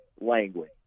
language